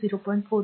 4 second